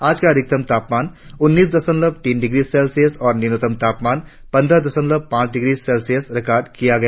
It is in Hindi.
आज का अधिकतम तापमान उन्नीस दशमलव तीन डिग्री सेल्सियस और न्यूनतम तापमान पंद्रह दशमलव पांच डिग्री सेल्सियस रिकार्ड किया गया